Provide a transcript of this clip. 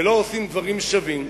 ולא עושים דברים שווים,